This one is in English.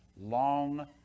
long